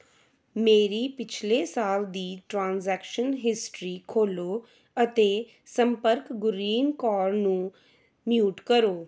ਮੇਰੀ ਪਿਛਲੇ ਸਾਲ ਦੀ ਟ੍ਰਾਂਜੈਕਸ਼ਨ ਹਿਸਟਰੀ ਖੋਲ੍ਹੋ ਅਤੇ ਸੰਪਰਕ ਗੁਰਲੀਨ ਕੌਰ ਨੂੰ ਮਿਊਟ ਕਰੋ